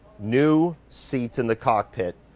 new seats in the cockpit.